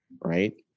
right